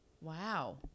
Wow